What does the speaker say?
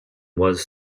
was